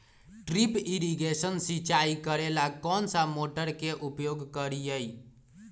Drip irrigation सिंचाई करेला कौन सा मोटर के उपयोग करियई?